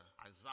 Isaiah